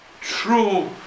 true